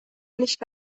nicht